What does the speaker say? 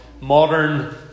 modern